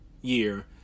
year